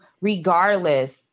regardless